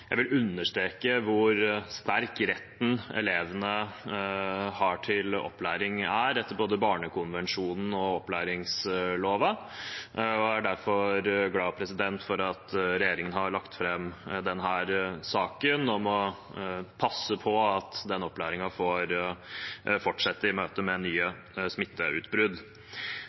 Jeg vil understreke hvor sterk retten elevene har til opplæring, er, etter både barnekonvensjonen og opplæringsloven, og jeg er derfor glad for at regjeringen har lagt fram denne saken om å passe på at den opplæringen får fortsette i møte med nye smitteutbrudd.